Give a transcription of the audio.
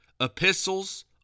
epistles